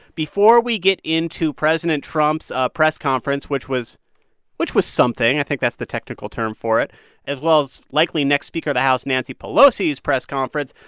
before we get into president trump's ah press conference, which was which was something i think that's the technical term for it as well as likely next speaker of the house nancy pelosi's press conference,